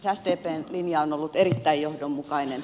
sdpn linja on ollut erittäin johdonmukainen